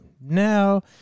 Now